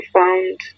found